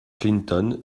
clinton